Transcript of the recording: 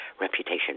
reputation